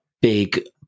big